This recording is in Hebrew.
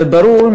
וברור,